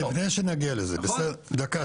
נכון?